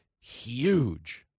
huge